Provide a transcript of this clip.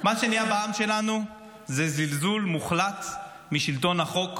מה שנהיה בעם שלנו הוא זלזול מוחלט בשלטון החוק,